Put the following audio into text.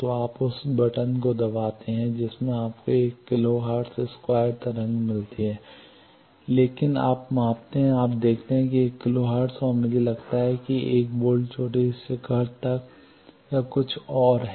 तो आप उस बटन को दबाते हैं जिसमें आपको 1 किलो हर्ट्ज स्क्वायर तरंग मिलती है लेकिन आप मापते हैं कि आप देख सकते हैं कि 1 किलो हर्ट्ज़ और मुझे लगता है कि 1 v चोटी से शिखर तक या कुछ और है